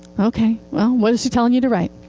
ok, what is she telling you to write?